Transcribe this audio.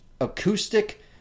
acoustic